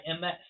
MS